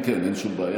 כן, כן, אין שום בעיה.